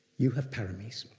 you have paramis,